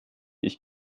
ich